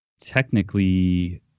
technically